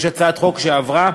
יש הצעת חוק שעברה,